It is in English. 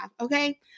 okay